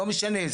לא משנה,